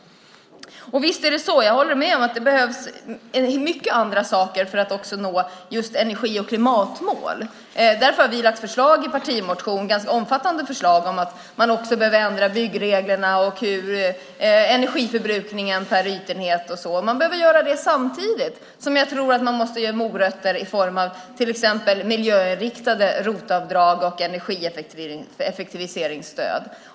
Jag håller med om att det behövs många andra saker för att nå energi och klimatmål. Därför har vi lagt fram ganska omfattande förslag i en partimotion. Det handlar om att man behöver ändra byggreglerna och energiförbrukningen per ytenhet. Man behöver göra det samtidigt som jag tror att man måste ge morötter i form av till exempel miljöinriktade ROT-avdrag och energieffektiviseringsstöd.